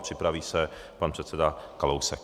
Připraví se předseda Kalousek.